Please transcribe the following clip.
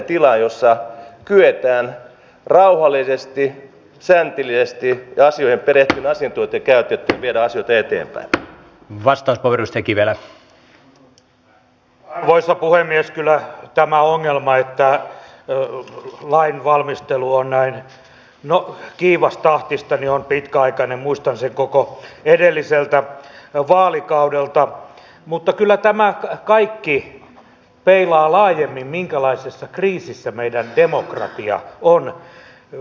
niistä ihmistä jotka sen hoitoalan koulun suomessa käyvät tulee todella hyviä työntekijöitä sitten pikkuhiljaa mutta kaiken a ja o siinä on se kielitaidon oppiminen ja se on vain kylmä fakta että sen oppii parhaiten siellä työpaikalla toinen toistaan tukien ja käytännön työhön tarttuen